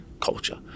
culture